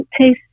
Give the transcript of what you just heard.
taste